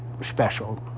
special